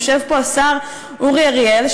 יושב פה השר אורי אריאל,